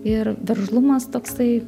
ir veržlumas toksai